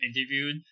interviewed